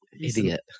idiot